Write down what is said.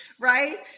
right